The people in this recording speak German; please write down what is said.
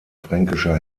fränkischer